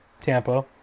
Tampa